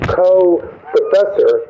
co-professor